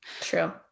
True